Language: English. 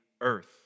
earth